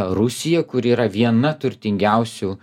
rusija kuri yra viena turtingiausių